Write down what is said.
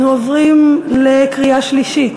אנו עוברים לקריאה שלישית.